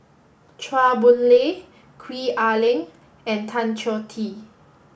Chua Boon Lay Gwee Ah Leng and Tan Choh Tee